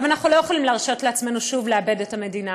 אבל אנחנו לא יכולים להרשות לעצמנו שוב לאבד את המדינה,